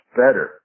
better